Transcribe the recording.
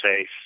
safe